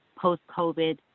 post-covid